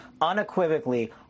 unequivocally